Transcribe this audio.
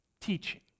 teaching